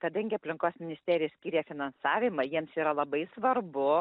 kadangi aplinkos ministerija skyrė finansavimą jiems yra labai svarbu